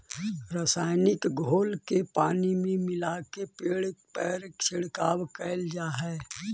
रसायनिक घोल के पानी में मिलाके पेड़ पर छिड़काव कैल जा हई